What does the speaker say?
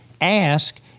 Ask